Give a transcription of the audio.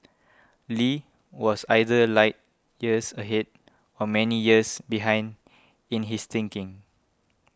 Lee was either light years ahead or many years behind in his thinking